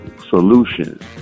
solutions